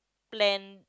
plan